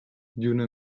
lluna